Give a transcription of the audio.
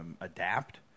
adapt